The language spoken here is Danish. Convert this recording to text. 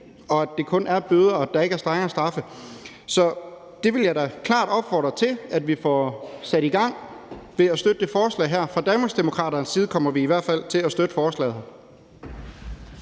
og at der kun er bøder, og at der ikke er strengere straffe. Så det vil jeg da klart opfordre til at vi får sat i gang ved at støtte det her forslag. Fra Danmarksdemokraternes side kommer vi i hvert fald til at støtte forslaget.